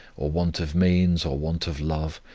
or want of means, or want of love,